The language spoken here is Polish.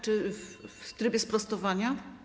Czy w trybie sprostowania?